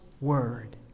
word